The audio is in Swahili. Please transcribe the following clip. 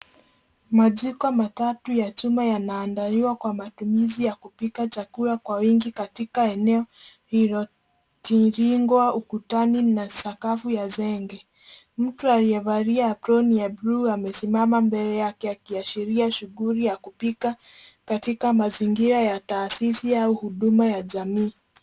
Majiko matatu ya chuma yanaandaliwa kwa matumizi ya kupika chakula kwa wingi katika eneo lililozingirwa ukutani na sakafu ya zege. Mtu alliyevalia aproni ya buluu amesimama mbele akiashiria shuguli ya kupika katika mazingira ya taasisi au huduma ya jamii.